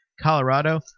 Colorado